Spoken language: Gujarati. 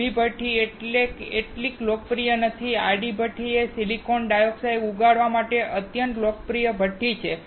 ઉભી ભઠ્ઠી એટલી લોકપ્રિય નથી અને આડી ભઠ્ઠી એ સિલિકોન ડાયોક્સાઇડ ઉગાડવા માટે અત્યંત લોકપ્રિય ભઠ્ઠી છે